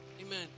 Amen